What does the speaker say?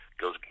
goes